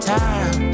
time